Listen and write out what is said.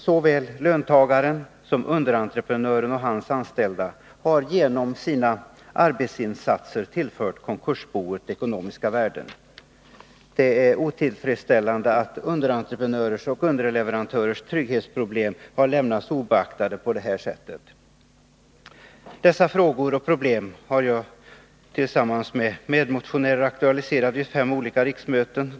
Såväl löntagaren som underentreprenören och hans anställda har genom sina arbetsinsatser tillfört konkursboet ekonomiska värden. Det är otillfredsställande att underentreprenörers och underleverantörers trygghetsproblem har lämnats obeaktade på det här sättet. Dessa frågor och problem har jag tillsammans med medmotionärer aktualiserat vid fem olika riksmöten.